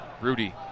Rudy